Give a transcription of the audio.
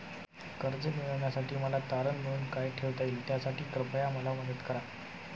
कर्ज मिळविण्यासाठी मला तारण म्हणून काय ठेवता येईल त्यासाठी कृपया मला मदत करा